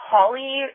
Holly